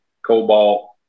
cobalt